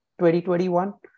2021